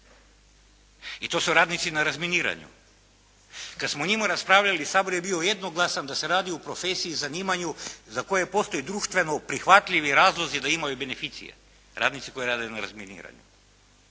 i to su radnici na razminiranju. Kada smo o njima raspravljali Sabor je bio jednoglasan da se radi o profesiji, zanimanju za koje postoji društveno prihvatljivi razlozi da imaju beneficije radnici koji rade na razminiranju.